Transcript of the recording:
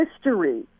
history